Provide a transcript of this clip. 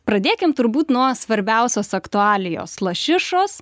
pradėkim turbūt nuo svarbiausios aktualijos lašišos